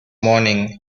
morning